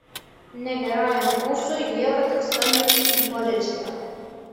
negerajam ūsui lieka tik skambinti į policiją